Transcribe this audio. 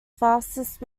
fastest